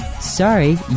Sorry